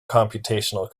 computational